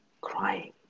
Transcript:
crying